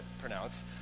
pronounce